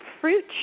fruit